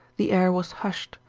the air was hushed,